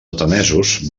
atenesos